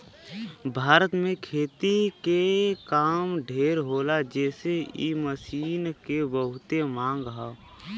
भारत में खेती के काम ढेर होला जेसे इ मशीन के बहुते मांग हौ